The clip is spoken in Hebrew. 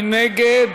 מי נגד?